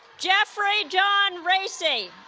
jeffrey john racy